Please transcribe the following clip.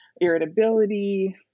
irritability